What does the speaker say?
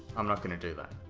i'm not going to do that.